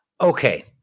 Okay